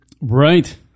right